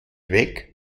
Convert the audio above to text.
weg